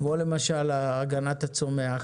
כמו למשל הגנת הצומח,